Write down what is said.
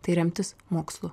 tai remtis mokslu